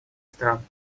стран